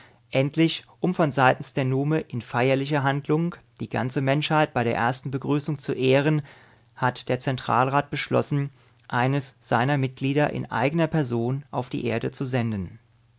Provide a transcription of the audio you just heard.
endlich um von seiten der nume in feierlicher handlung die ganze menschheit bei der ersten begrüßung zu ehren hat der zentralrat beschlossen eines seiner mitglieder in eigener person auf die erde zu senden